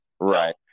Right